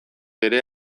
ere